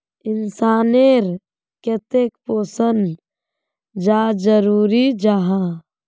इंसान नेर केते पोषण चाँ जरूरी जाहा?